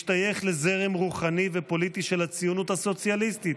משתייך לזרם רוחני ופוליטי של הציונות הסוציאליסטית,